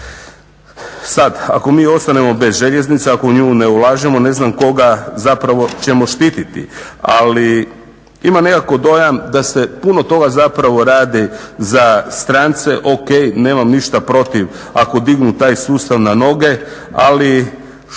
Sad, ako mi ostanemo bez željeznica, ako u nju ne ulažemo ne znam koga zapravo ćemo štititi. Ali imam nekako dojam da se puno toga zapravo radi za strance. Ok, nemam ništa protiv ako dignu taj sustav na noge, ali što